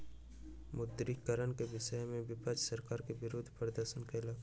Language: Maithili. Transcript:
विमुद्रीकरण के विषय में विपक्ष सरकार के विरुद्ध प्रदर्शन कयलक